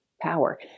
power